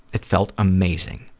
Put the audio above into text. it felt amazing.